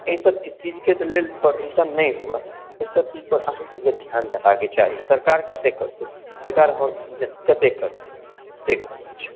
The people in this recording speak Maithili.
एहि सब तऽ चीजके लेल प्रदूषण नहि हुए एहि सब चीज पर एहि सबके ध्यान देबाके चाही सरकार कते करतै सरकार कते करतै से बात हइ